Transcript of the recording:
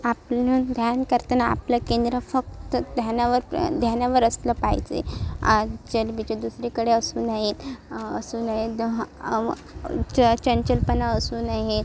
आपलं ना ध्यान करताना आपलं केंद्र फक्त ध्यानावर ध्यानावर असलं पाहिजे आणि चलबिचल दुसरीकडे असू नये असू नये दं हं मं च चंचलपणा असू नये